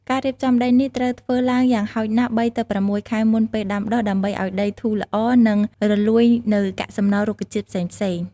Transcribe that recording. ការរៀបចំដីនេះត្រូវធ្វើឡើងយ៉ាងហោចណាស់ ៣ ទៅ ៦ ខែមុនពេលដាំដុះ ដើម្បីឱ្យដីធូរល្អ និងរលួយនូវកាកសំណល់រុក្ខជាតិផ្សេងៗ។